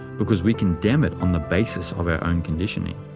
because we condemn it on the basis of our own conditioning.